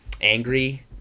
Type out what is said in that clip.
angry